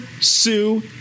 sue